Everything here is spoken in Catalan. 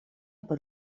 per